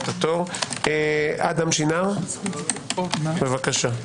אדם שנער, בבקשה.